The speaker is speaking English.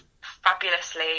fabulously